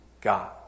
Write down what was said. God